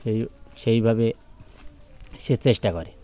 সেই সেইভাবে সে চেষ্টা করে